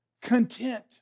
content